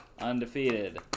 undefeated